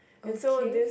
okay